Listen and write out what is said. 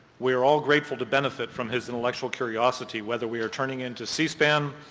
we're all grateful to benefit from his intellectual curiosity whether we're tuning into c-span,